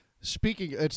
Speaking